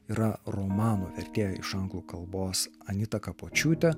yra romano vertėja iš anglų kalbos anita kapočiūtė